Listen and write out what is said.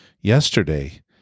yesterday